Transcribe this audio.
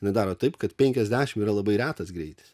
jinai daro taip kad penkiasdešimt yra labai retas greitis